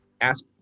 ask